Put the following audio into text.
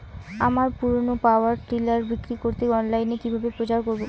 আমার পুরনো power tiller বিক্রি করাতে অনলাইনে কিভাবে প্রচার করব?